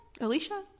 alicia